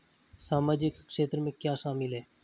सामाजिक क्षेत्र में क्या शामिल है?